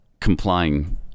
complying